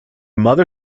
mother